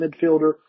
midfielder